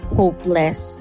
hopeless